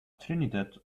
trinidad